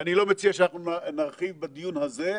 ואני לא מציע שנרחיב בדיון הזה,